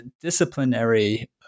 disciplinary